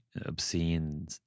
obscene